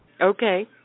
Okay